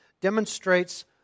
demonstrates